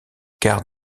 quart